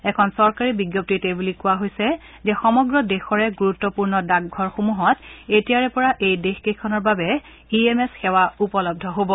এখন চৰকাৰী বিজ্ঞপ্তিত এই বুলি কোৱা হৈছে যে সমগ্ৰ দেশৰে গুৰুত্পূৰ্ণ ডাকঘৰসমূহত এতিয়াৰে পৰা এই দেশকেইখনৰ বাবে ই এম এছ সেৱা উপলব্ধ হ'ব